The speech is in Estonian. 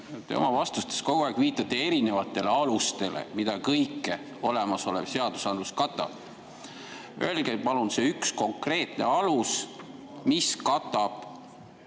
Te oma vastustes kogu aeg viitate erinevatele alustele, mida kõike olemasolev seadusandlus katab. Öelge palun see üks konkreetne alus, mis katab